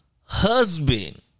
husband